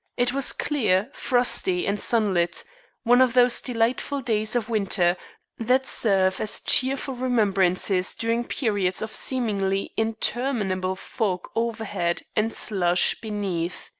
it was clear, frosty and sunlit one of those delightful days of winter that serve as cheerful remembrances during periods of seemingly interminable fog overhead and slush beneath.